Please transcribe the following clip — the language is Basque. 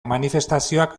manifestazioak